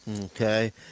Okay